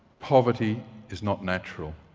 poverty is not natural.